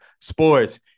sports